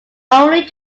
only